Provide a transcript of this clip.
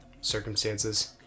circumstances